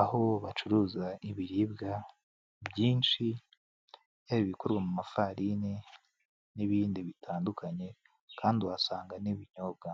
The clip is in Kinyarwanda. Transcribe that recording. aho bacuruza ibiribwa byinshi yaba ibikorwa mu mafarini n'ibindi bitandukanye kandi uhasanga n'ibinyobwa.